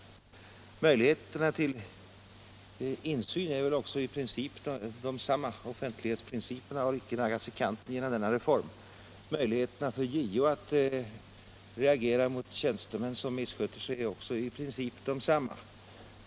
Möjligheterna till insyn är också i princip desamma — offentlighetsprinciperna har inte naggats i kanten genom denna reform. Möjligheterna för JO att reagera mot tjänstemän som missköter sig är också i princip desamma.